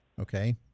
okay